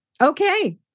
Okay